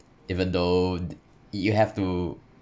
even though you have to